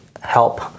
help